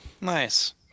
Nice